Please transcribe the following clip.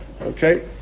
Okay